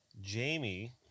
Jamie